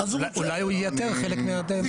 אולי הוא ייתר חלק מהדברים.